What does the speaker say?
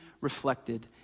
reflected